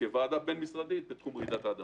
כוועדה בין-משרדית בתחום רעידות אדמה.